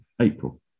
April